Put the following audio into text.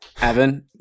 Evan